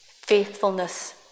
faithfulness